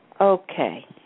Okay